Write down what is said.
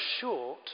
short